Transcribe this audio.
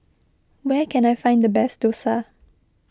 where can I find the best Dosa